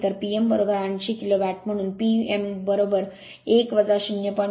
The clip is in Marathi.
तर P m80 किलो वॅट म्हणून P m1 0